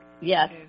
Yes